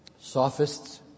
Sophists